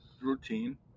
routine